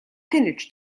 kinitx